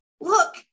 look